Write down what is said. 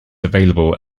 available